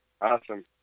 Awesome